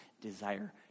desire